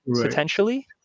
potentially